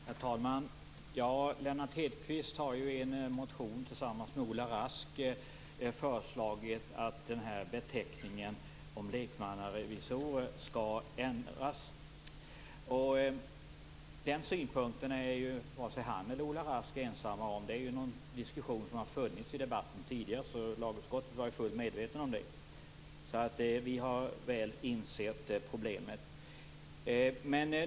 Herr talman! Lennart Hedquist har i en motion tillsammans med Ola Rask föreslagit att beteckningen lekmannarevisor skall ändras. Den synpunkten är han och Ola Rask inte ensamma om. Lagutskottet är fullt medvetet om att den har funnits tidigare i debatten. Vi har klart insett problemet.